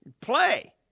Play